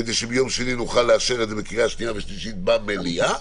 כדי שביום שני נוכל לאשר את זה בקריאה שנייה ושלישית במליאה